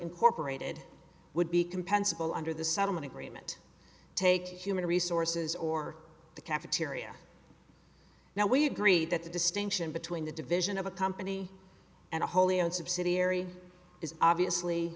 incorporated would be compensable under the settlement agreement take human resources or the cafeteria now we agree that the distinction between the division of a company and a wholly owned subsidiary is obviously